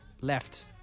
left